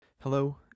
Hello